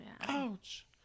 ouch